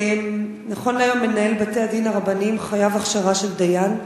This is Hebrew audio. אני התרגלתי לחקירות נגדיות, ואין לי בעיה בנושא.